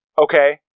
Okay